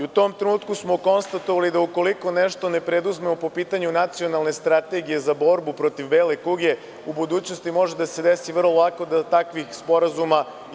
U tom trenutku smo konstatovali da ukoliko nešto ne preduzmemo po pitanju nacionalne strategije za borbu protiv bele kugle u budućnosti može da se desi vrlo lako da potpišemo još takvih sporazuma.